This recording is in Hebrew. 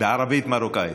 בערבית מרוקאית.